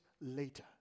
later